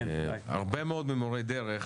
הרבה מאוד ממורי הדרך,